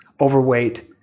overweight